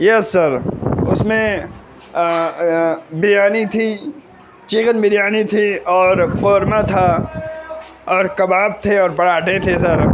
یس sir اس میں بریانی تھی چکن بریانی تھی اور قورمہ تھا اور کباب تھے اور پراٹھے تھے سر